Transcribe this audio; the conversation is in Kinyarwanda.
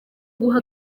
guha